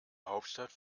hauptstadt